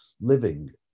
living